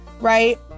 right